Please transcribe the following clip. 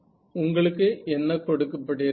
உங்களுக்கு என்ன கொடுக்கப்பட்டிருக்கிறது